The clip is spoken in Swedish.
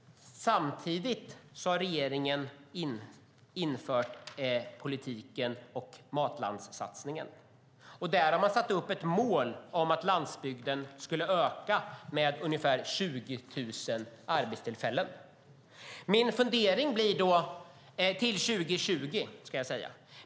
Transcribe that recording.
Samtidigt har regeringen infört satsningen Matlandet Sverige. Där har man satt upp som mål att landsbygden ska få 20 000 nya arbetstillfällen till 2020.